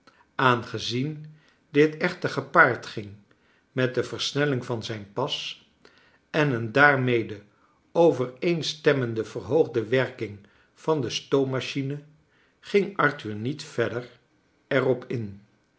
aangezien dit echter gepaard ging met een versnelling van zijn pas en een daarmede over eens temmende verhoogde werking van de stoommachine ging arthur niet verder er op in